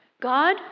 God